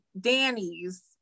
Danny's